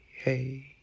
hey